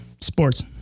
sports